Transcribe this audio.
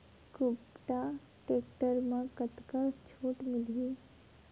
कुबटा टेक्टर म कतका छूट मिलही?